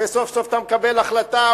וסוף-סוף אתה מקבל החלטה,